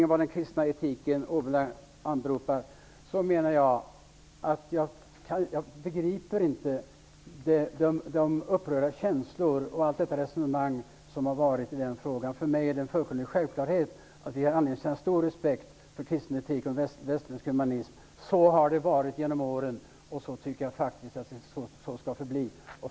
Vad den kristna etiken anbelangar kan jag säga att jag inte begriper de upprörda känslor och de resonemang som förekommit i frågan. För mig är det en fullkomlig självklarhet att vi har anledning att känna stor respekt för kristen etik och västerländsk humanism. Så har det varit genom åren och så tycker jag faktiskt att det skall förbli.